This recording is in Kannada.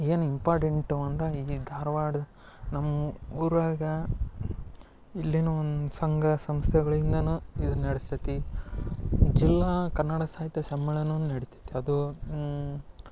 ಏನು ಇಂಪಾರ್ಟೆಂಟು ಅಂದರೆ ಈ ಧಾರ್ವಾಡ ನಮ್ಮ ಊರಾಗ ಇಲ್ಲಿಯೂ ಒಂದು ಸಂಘ ಸಂಸ್ಥೆಗಳಿಂದಲೂ ಇದು ನಡಿಸ್ತೈತಿ ಜಿಲ್ಲಾ ಕನ್ನಡ ಸಾಹಿತ್ಯ ಸಮ್ಮೇಳನವೂ ನಡಿತೈತಿ ಅದು